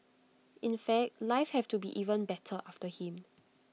in fact life have to be even better after him